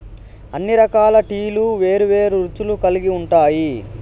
అన్ని రకాల టీలు వేరు వేరు రుచులు కల్గి ఉంటాయి